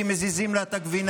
כי מזיזים לה את הגבינה,